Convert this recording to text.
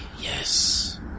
Yes